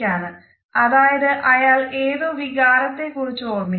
നോട്ടം താഴെ വലത്തേക്കാണെങ്കിൽ അയാൾ ഏതോ വികാരത്തെ കുറിച്ച് ഓർമിക്കുന്നു